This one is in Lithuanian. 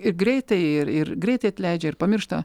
ir greitai ir ir greitai atleidžia ir pamiršta